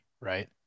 right